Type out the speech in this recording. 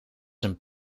een